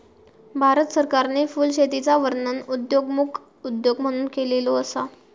भारत सरकारने फुलशेतीचा वर्णन उदयोन्मुख उद्योग म्हणून केलेलो असा